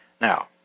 Now